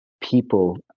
people